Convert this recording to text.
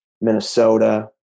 Minnesota